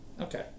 Okay